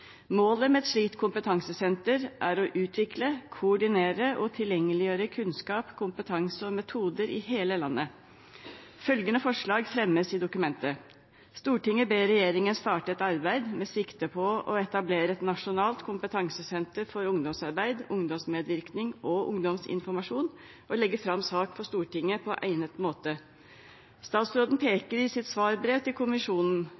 Målet med et slikt kompetansesenter er å utvikle, koordinere og tilgjengeliggjøre kunnskap, kompetanse og metoder i hele landet. Følgende Dokument 8-forslag ble fremmet i saken: «Stortinget ber regjeringen starte et arbeid med sikte på å etablere et nasjonalt kompetansesenter for ungdomsarbeid, ungdomsmedvirkning og ungdomsinformasjon, og legge fram sak for Stortinget på egnet måte.» Statsråden peker i sitt svarbrev til